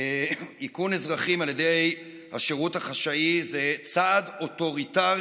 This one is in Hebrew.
איכון אזרחים על ידי השירות החשאי זה צעד אוטוריטרי